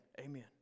amen